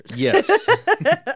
yes